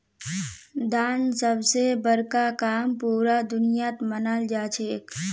दान सब स बड़का काम पूरा दुनियात मनाल जाछेक